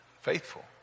faithful